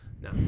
no